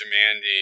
demanding